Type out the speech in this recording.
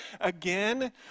again